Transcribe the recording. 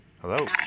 Hello